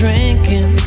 Drinking